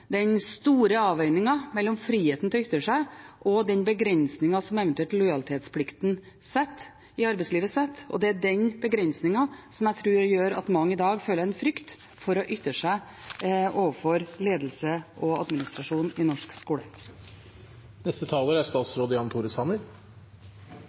den store avveiningen mellom friheten til å ytre seg og den begrensningen som eventuelt lojalitetsplikten i arbeidslivet setter, og det er den begrensningen som jeg tror gjør at mange i dag føler en frykt for å ytre seg overfor ledelse og administrasjon i norsk skole.